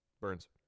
Burns